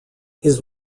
his